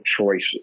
choices